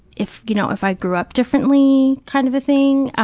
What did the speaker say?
if, you know, if i grew up differently, kind of a thing.